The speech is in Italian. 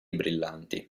brillanti